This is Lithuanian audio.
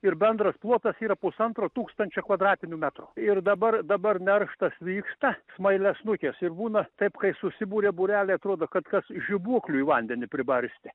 ir bendras plotas yra pusantro tūkstančio kvadratinių metrų ir dabar dabar nerštas vyksta smailiasnukės ir būna taip kai susibūria būreliai atrodo kad kas žibuoklių į vandenį pribarstė